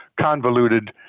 convoluted